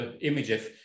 images